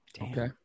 Okay